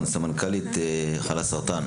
כי ככה נמנע הרבה יותר עלויות.